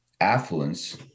affluence